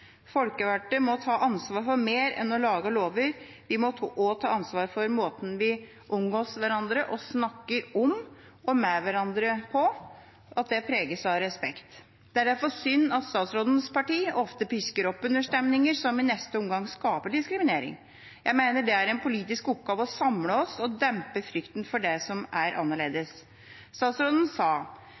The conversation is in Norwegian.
må ta ansvar for mer enn å lage lover. Vi må også ta ansvar for at måten vi omgås hverandre og snakker om og med hverandre på, preges av respekt. Det er derfor synd at statsrådens parti ofte pisker opp under stemninger som i neste omgang skaper diskriminering. Jeg mener det er en politisk oppgave å samle oss og dempe frykten for det som er annerledes. Statsråden sa: